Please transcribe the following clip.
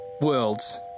worlds